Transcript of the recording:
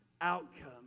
outcome